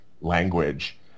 language